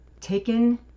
taken